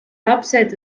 lapsed